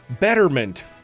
betterment